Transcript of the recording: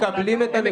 מקבלים את הנקודה.